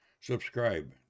subscribe